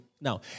Now